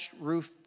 roof